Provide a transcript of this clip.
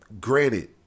granted